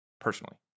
Personally